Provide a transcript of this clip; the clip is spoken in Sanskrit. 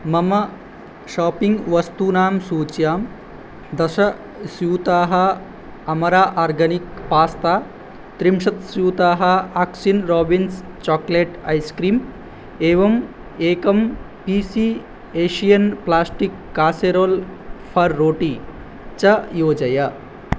मम शापिङ्ग् वस्तूनां सूच्यां दश स्यूताः अमरा आर्गानिक् पास्ता त्रिंशत् स्यूताः आक्सिन् रोबिन्स् चाक्लेट् ऐस्क्रीम् एवम् एकं piece Asian plastic casserole for roti च योजय